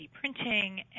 printing